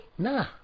Nah